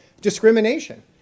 discrimination